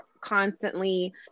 constantly